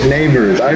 Neighbors